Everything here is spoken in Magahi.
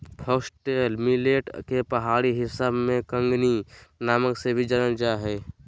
फॉक्सटेल मिलेट के पहाड़ी हिस्सा में कंगनी नाम से भी जानल जा हइ